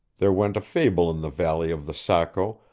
there went a fable in the valley of the saco,